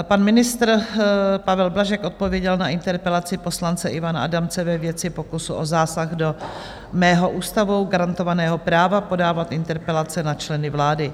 Pan ministr Pavel Blažek odpověděl na interpelaci poslance Ivana Adamce ve věci pokusu o zásah mého ústavou garantovaného práva podávat interpelace na členy vlády.